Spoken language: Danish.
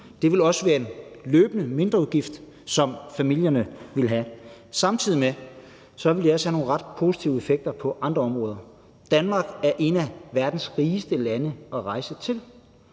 Det ville også betyde en løbende mindreudgift for familierne. Det ville samtidig have nogle ret positive effekter på andre områder. Danmark er et af verdens dyreste land at rejse til.